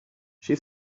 she